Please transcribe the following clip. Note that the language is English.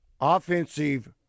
offensive